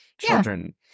children